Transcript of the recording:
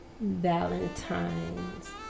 Valentine's